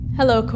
Hello